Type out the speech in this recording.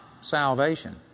salvation